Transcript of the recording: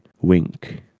wink